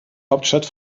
hauptstadt